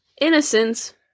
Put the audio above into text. Innocence